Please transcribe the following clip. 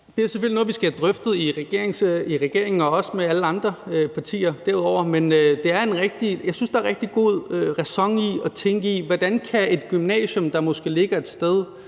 Det er selvfølgelig noget, vi skal have drøftet i regeringen og derudover også med alle andre partier. Men jeg synes, der er rigtig god ræson i at tænke i, hvordan et gymnasium, der måske ligger et sted,